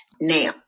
now